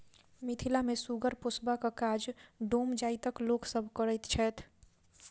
मिथिला मे सुगर पोसबाक काज डोम जाइतक लोक सभ करैत छैथ